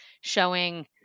showing